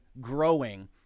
growing